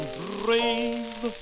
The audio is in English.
brave